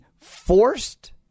forced